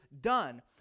done